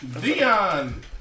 Dion